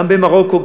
גם במרוקו,